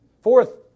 Fourth